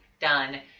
Done